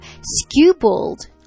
Skewbald